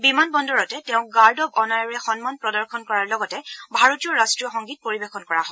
বিমান বন্দৰতে তেওঁক guard of অনাৰেৰে সন্মান প্ৰদৰ্শন কৰাৰ লগতে ভাৰতীয় ৰাষ্টীয় সংগীত পৰিৱেশন কৰা হয়